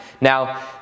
Now